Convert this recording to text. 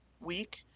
week